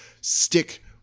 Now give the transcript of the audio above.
stick